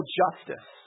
justice